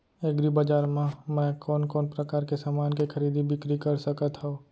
एग्रीबजार मा मैं कोन कोन परकार के समान के खरीदी बिक्री कर सकत हव?